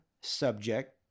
subject